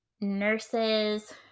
nurses